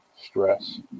stress